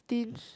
stinge